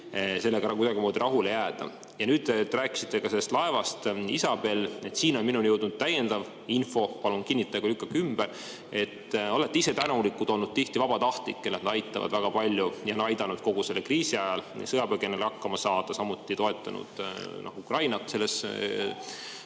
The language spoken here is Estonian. sellega kuidagimoodi rahule jääda. Ja nüüd te rääkisite ka sellest laevast Isabelle. Siin on minuni jõudnud täiendav info, palun kinnitage või lükake ümber – te olete ise tihti tänulik olnud vabatahtlikele, et nad aitavad väga palju ja on aidanud kogu selle kriisi ajal sõjapõgenikel hakkama saada, samuti toetanud Ukrainat selles